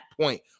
point